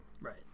Right